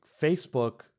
Facebook